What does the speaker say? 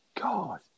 God